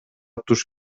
туш